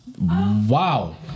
Wow